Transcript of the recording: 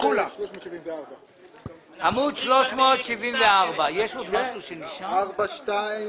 עמוד 374. פנייה 426,